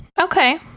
okay